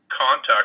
contact